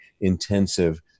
intensive